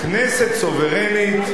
הכנסת סוברנית,